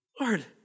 Lord